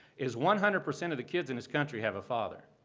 is one hundred percent of the kids in this country have a father,